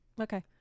Okay